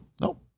No